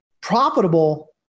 profitable